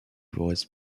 was